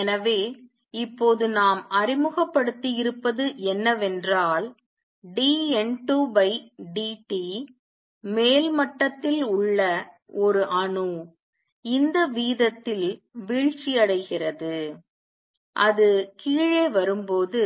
எனவே இப்போது நாம் அறிமுகப்படுத்தியிருப்பது என்னவென்றால் dN2 dt மேல் மட்டத்தில் உள்ள ஒரு அணு இந்த வீதத்தில் வீழ்ச்சியடைகிறது அது கீழே வரும்போது